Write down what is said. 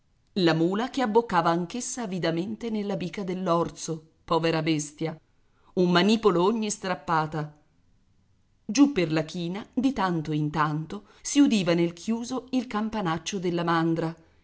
la mula che abboccava anch'essa avidamente nella bica dell'orzo povera bestia un manipolo ogni strappata giù per la china di tanto in tanto si udiva nel chiuso il campanaccio della mandra